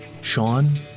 Sean